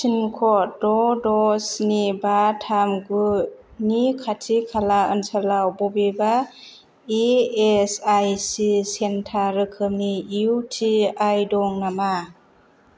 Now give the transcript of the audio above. पिनक'ड द' द' स्नि बा थाम गुनि खाथि खाला ओनसोलाव बबेबा E S I C centre रोखोमनि इउ टि आइ दं नामा